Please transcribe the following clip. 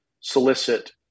solicit